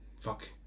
fuck